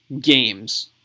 games